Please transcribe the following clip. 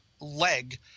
leg –